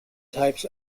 types